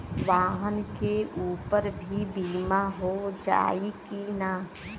वाहन के ऊपर भी बीमा हो जाई की ना?